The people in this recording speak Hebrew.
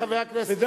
חבר הכנסת אריה ביבי,